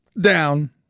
down